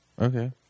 okay